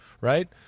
right